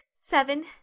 seven